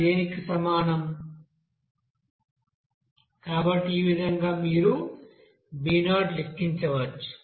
b0yixi2 xixiyinxi2 xi2 b1nxiyi yixinxi2 xi2 కాబట్టి ఈ విధంగా మీరు b0 లెక్కించవచ్చు